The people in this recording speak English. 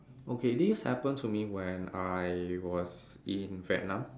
okay this happened to me when I was in Vietnam